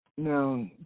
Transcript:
Now